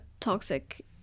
toxic